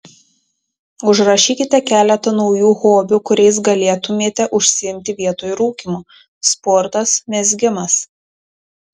užrašykite keletą naujų hobių kuriais galėtumėte užsiimti vietoj rūkymo sportas mezgimas